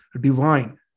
divine